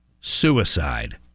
suicide